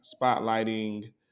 spotlighting